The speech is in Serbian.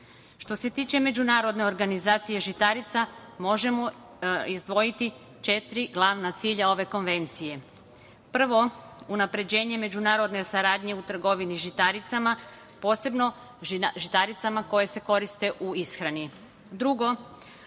se tiče Međunarodne organizacije žitarica možemo izdvojiti četiri glavna cilja ove konvencije: prvo, unapređenje međunarodne saradnje u trgovini žitaricama, posebno žitaricama koje se koriste u ishrani;